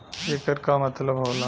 येकर का मतलब होला?